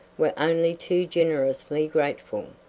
were only too generously grateful.